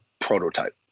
prototype